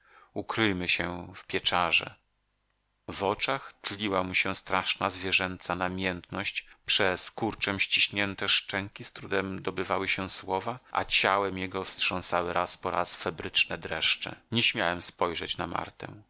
ukryjmy się w pieczarze w oczach tliła mu się straszna zwierzęca namiętność przez kurczem ściśnięte szczęki z trudem dobywały się słowa a ciałem jego wstrząsały raz po raz febryczne dreszcze nie śmiałem spojrzeć na martę